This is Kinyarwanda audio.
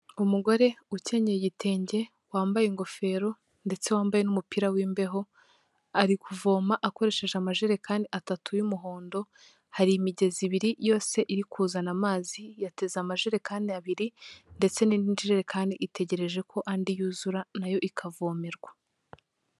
Umugore ukenyeye igitenge wambaye ingofero ndetse wambaye n'umupira wimbeho, ari kuvoma akoresheje amajerekani atatu y'umuhondo, hari imigezi ibiri yose iri kuzana amazi. Yateze amajerekani abiri ndetse n'injerekani itegereje ko andi yuzura nayo ikavomerwa.